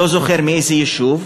לא זוכר מאיזה יישוב,